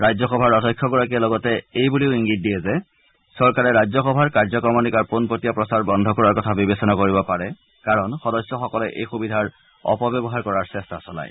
ৰাজ্যসভাৰ অধ্যক্ষ গৰাকীয়ে লগতে এইবুলি ইংগিত দিয়ে যে চৰকাৰে ৰাজ্যসভাৰ কাৰ্যক্ৰমনিকাৰ পোনপটীয়া প্ৰচাৰ বন্ধ কৰাৰ কথা বিবেচনা কৰিব পাৰে কাৰণ সদস্যসকলে এই সুবিধাৰ অপব্যৱহাৰ কৰাৰ চেষ্টা চলায়